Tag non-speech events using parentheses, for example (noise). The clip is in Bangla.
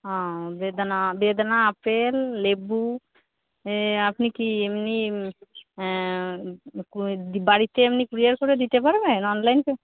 ও বেদানা বেদানা আপেল লেবু আপনি কি এমনি বাড়িতে এমনি ক্যুরিয়ার করে দিতে পারবেন অনলাইন (unintelligible)